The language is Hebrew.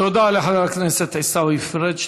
תודה לחבר הכנסת עיסאווי פריג'.